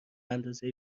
اندازه